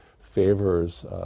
favors